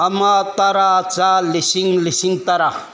ꯑꯃ ꯇꯔꯥ ꯆꯥ ꯂꯤꯁꯤꯡ ꯂꯤꯁꯤꯡ ꯇꯔꯥ